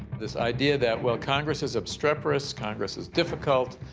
this idea that, well, congress is obstreperous, congress is difficult,